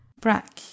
Brack